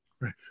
Right